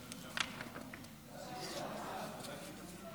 ההצעה להעביר את הנושא לוועדת הפנים והגנת הסביבה נתקבלה.